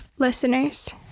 listeners